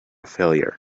failure